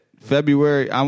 February